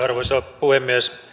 arvoisa puhemies